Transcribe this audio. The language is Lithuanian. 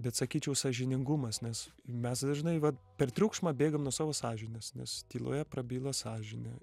bet sakyčiau sąžiningumas nes mes dažnai vat per triukšmą bėgam nuo savo sąžinės nes tyloje prabyla sąžinė